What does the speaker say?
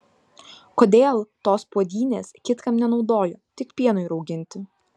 kodėl tos puodynės kitkam nenaudojo tik pienui rauginti